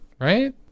right